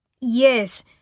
Yes